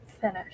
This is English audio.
Finish